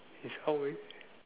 is always